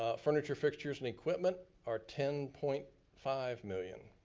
ah furniture, fixtures and equipment are ten point five million.